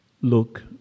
Look